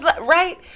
right